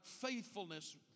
faithfulness